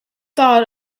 thought